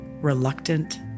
reluctant